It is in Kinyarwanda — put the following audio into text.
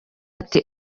ati